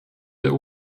der